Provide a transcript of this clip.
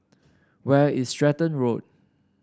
where is Stratton Road